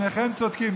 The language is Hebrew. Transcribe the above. שניכם צודקים.